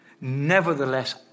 Nevertheless